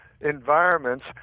environments